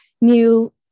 new